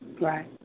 Right